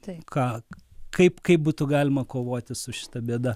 tai kad kaip kad būtų galima kovoti su šita bėda